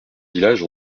villages